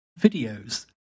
videos